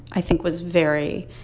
i think was very,